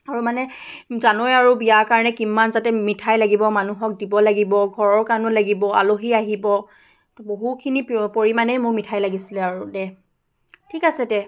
আৰু মানে জানই আৰু বিয়াৰ কাৰণে কিমান যাতে মিঠাই লাগিব মানুহক দিব লাগিব ঘৰৰ কাৰণেও লাগিব আলহী আহিব তো বহুখিনি পৰিমাণেই মোক মিঠাই লাগিছিলে আৰু দে ঠিক আছে দে